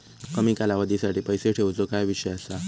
कमी कालावधीसाठी पैसे ठेऊचो काय विषय असा?